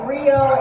Rio